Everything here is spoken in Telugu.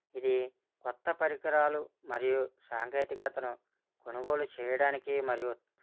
ఇది కొత్త పరికరాలు మరియు సాంకేతికతను కొనుగోలు చేయడానికి మరియు